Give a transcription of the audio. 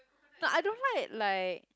no I don't like like